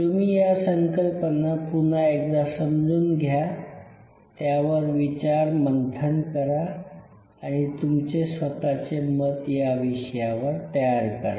तुम्ही या संकल्पना पुनः एकदा समजून घ्या त्यावर विचार मंथन करा तुमचे स्वतचे मत या विषयावर तयार करा